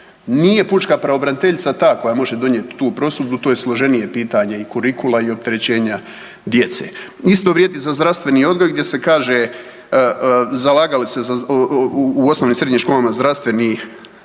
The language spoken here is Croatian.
Nije pučka pravobraniteljica ta koja može donijeti tu prosudbu. To je složenije pitanje i kurikula i opterećenja djece. Isto vrijedi i za zdravstveni odgoj, gdje se kaže zalagalo se za u osnovnim i srednjim školama u zdravstveni